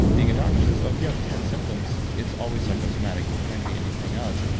being a doctor, says, oh, if you have ten symptoms, it's always psychosomatic. it can't be anything else.